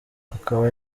akaba